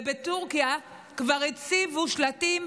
ובטורקיה כבר הציבו שלטים: